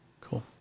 Cool